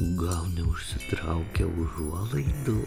gal neužsitraukia užuolaidų